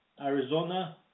Arizona